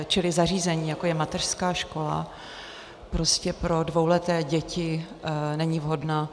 Čili zařízení, jako je mateřská škola, prostě pro dvouleté děti není vhodné.